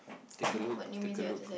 take a look take a look